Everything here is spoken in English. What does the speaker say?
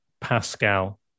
Pascal